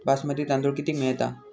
बासमती तांदूळ कितीक मिळता?